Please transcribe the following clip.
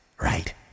Right